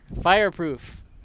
Fireproof